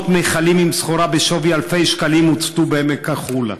300 מכלים עם סחורה בשווי אלפי שקלים הוצתו בעמק החולה,